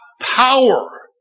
power